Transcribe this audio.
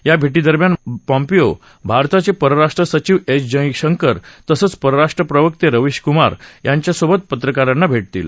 या भेटीदरम्यान पाँपिओ भारताचे परराष्ट्र सचिव एस जयशंकर तसंच परराष्ट्र प्रवक्ते रवीश कुमार यांच्यासोबत पत्रकारांना भेटतील